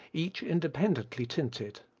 each independently tinted.